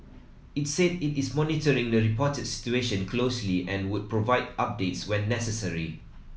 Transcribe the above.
it said it is monitoring the reported situation closely and would provide updates when necessary